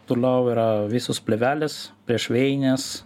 toliau yra visos plėvelės priešvėjinės